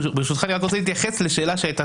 ברשותך אני רוצה להתייחס לשאלה שעלתה